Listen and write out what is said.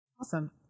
Awesome